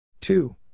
two